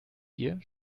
hier